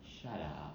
shut up